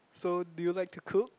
so do you like to cook